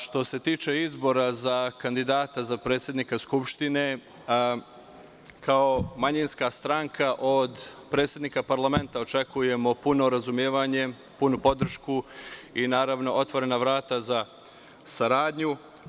Što se tiče izbora za predsednika Skupštine, kao manjinska stranka od predsednika parlamenta očekujemo puno razumevanje, punu podršku i otvorena vrata za saradnju.